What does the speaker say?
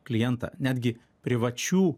klientą netgi privačių